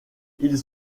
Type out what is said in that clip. ils